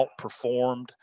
outperformed